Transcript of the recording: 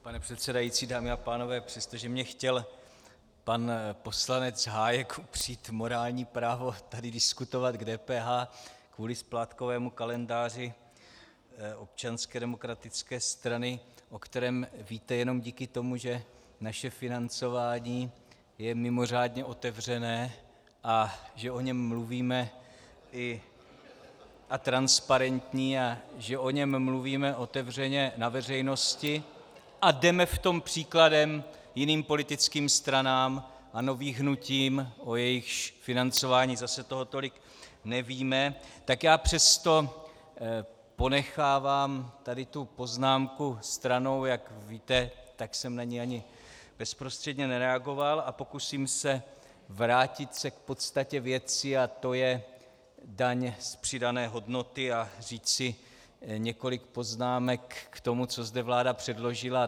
Pane předsedající, dámy a pánové, přestože mi chtěl pan poslanec Hájek upřít morální právo tady diskutovat k DPH kvůli splátkovému kalendáři Občanské demokratické strany, o kterém víte jenom díky tomu, že naše financování je mimořádně otevřené a transparentní a že o něm mluvíme otevřeně na veřejnosti a jdeme v tom příkladem jiným politickým stranám a novým hnutím, o jejichž financování toho zase tolik nevíme, tak já přesto ponechávám tady tu poznámku stranou, jak víte, tak jsem na ni ani bezprostředně nereagoval, a pokusím se vrátit se k podstatě věci, a to je daň z přidané hodnoty, a říci několik poznámek k tomu, co zde vláda předložila.